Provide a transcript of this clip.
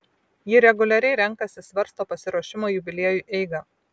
ji reguliariai renkasi svarsto pasiruošimo jubiliejui eigą